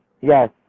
yes